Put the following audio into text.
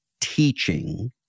teaching